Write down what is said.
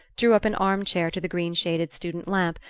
drew up an arm-chair to the green-shaded student lamp,